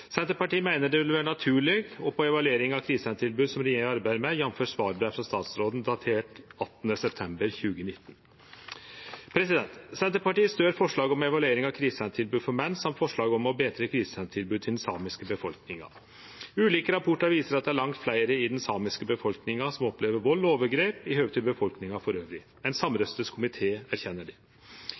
Senterpartiet meiner det vil vere naturleg å få ei evaluering av krisesentertilbodet, som regjeringa arbeider med, jf. svarbrev frå statsråden datert 18. september 2019. Senterpartiet stør forslaget om ei evaluering av krisesentertilbodet for menn og forslaget om å betre krisesentertilbodet til den samiske befolkninga. Ulike rapportar viser at det i høve til befolkninga elles er langt fleire i den samiske befolkninga som opplever vald og overgrep.